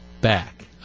back